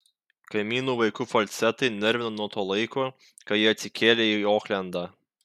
kaimynų vaikų falcetai nervino nuo to laiko kai jie atsikėlė į oklendą